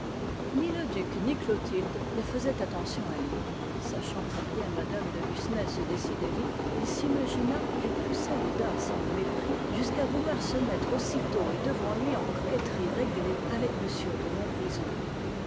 ni le duc ni clotilde ne faisaient attention à lui sachant combien mme de lucenay se décidait vite il s'imagina qu'elle poussait l'audace et le mépris jusqu'à vouloir se mettre aussitôt et devant lui en coquetterie réglée avec m de montbrison